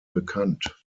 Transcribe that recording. bekannt